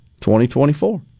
2024